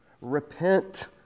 Repent